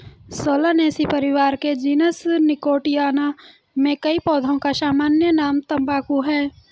Solanaceae परिवार के genus Nicotiana में कई पौधों का सामान्य नाम तंबाकू है